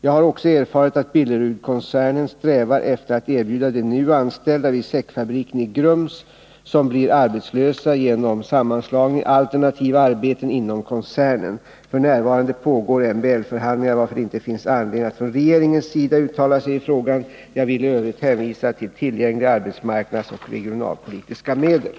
Jag har också erfarit att Billerudkoncernen strävar efter att erbjuda de nu F.n. pågår MBL-förhandlingar, varför det inte finns anledning att från regeringens sida uttala sig i frågan. Jag vill i övrigt hänvisa till tillgängliga arbetsmarknadsoch regionalpolitiska medel.